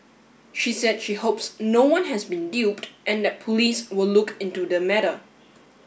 she said she hopes no one has been duped and that police will look into the matter